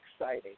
exciting